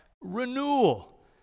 renewal